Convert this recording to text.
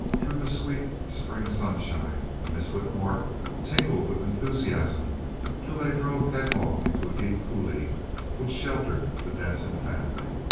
through the sweet, spring sunshine, and miss whitmore tingled with enthusiasm till they drove headlong into a deep coulee which sheltered the denson family.